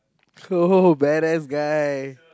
so bad ass guy